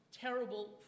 terrible